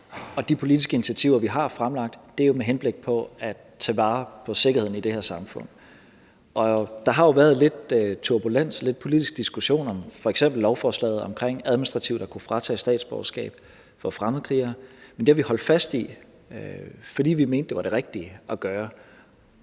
de politiske initiativer, vi har fremlagt, er jo med henblik på at tage vare på sikkerheden i det her samfund. Og der har jo været lidt turbulens, lidt politisk diskussion om f.eks. lovforslaget om administrativt at kunne fratage fremmedkrigere deres statsborgerskab, men det har vi holdt fast i, fordi vi mente, det var det rigtige at gøre.